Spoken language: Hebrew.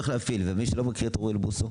ומי שלא מכיר את אוריאל בוסו?